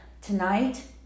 Tonight